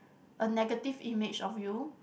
a negative image of you